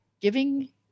giving